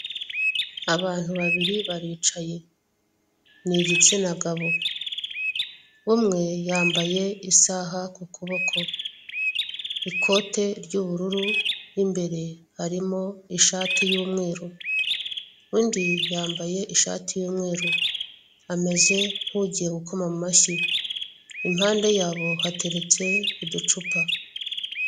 Abantu babiri baricaye, ni igitsina gabo, umwe yambaye isaha ku kuboko, ikote ry'ubururu, mo imbere harimo ishati y'umweru, undi yambaye ishati y'umweru, ameze nk'ugiye gukoma amashyi. Impande yabo hateretse uducupa.